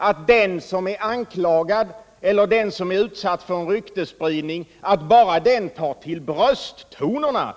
att folket skall lita på den som är anklagad eller utsatt för en ryktesspridning bara han tar till brösttonerna?